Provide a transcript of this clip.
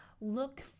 look